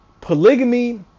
polygamy